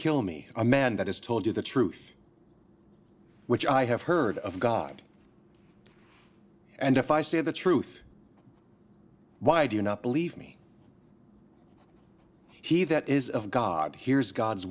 kill me a man that has told you the truth which i have heard of god and if i say the truth why do you not believe me he that is of god hears god's